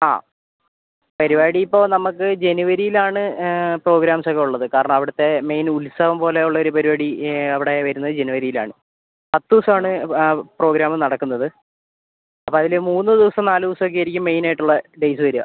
ആ പരിപാടി ഇപ്പോൾ നമുക്ക് ജനുവരിയിലാണ് പ്രോഗ്രാംസ് ഒക്കെ ഉള്ളത് കാരണം അവിടുത്തെ മെയിൻ ഉത്സവം പോലെ ഉള്ളൊരു പരിപാടി അവിടെ വരുന്നത് ജനുവരിയിൽ ആണ് പത്ത് ദിവസം ആണ് ആ പ്രോഗ്രാം നടക്കുന്നത് അപ്പം അതിൽ മൂന്ന് ദിവസം നാല് ദിവസം ഒക്കെ ആയിരിക്കും മെയിൻ ആയിട്ടുള്ള ഡേയ്സ് വരുക